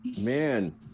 Man